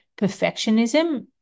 perfectionism